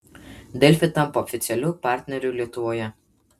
delfi tampa oficialiu partneriu lietuvoje